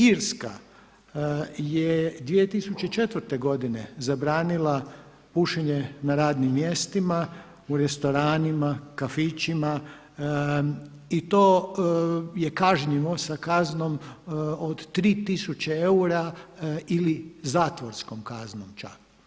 Irska je 2004. godine zabranila pušenje na radnim mjestima, u restoranima, kafićima i to je kažnjivo sa kaznom od 3 tisuće eura ili zatvorskom kaznom čak.